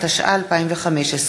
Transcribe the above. התשע"ה 2015,